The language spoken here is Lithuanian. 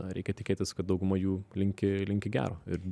reikia tikėtis kad dauguma jų linki linki gero ir